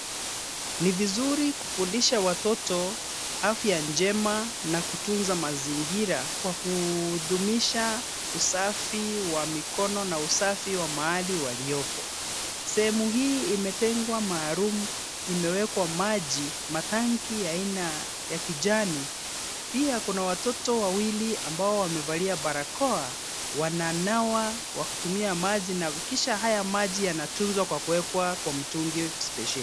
Ni vizuri kufundisha watoto afya njema na kutunza mazingira kwa kudhumisha usafi wa mikono na usafi wa mahali waliopo. Sehemu hii imetengwa maalum na imewekwa maji matenki aina ya kijani. Pia kuna watoto wawili ambao wamevalia barakoa wananawa kwa kutumia maji, kisha haya maji yanatunzwa kwa kuwekwa kwa mitungi spesheli.